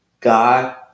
God